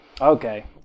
Okay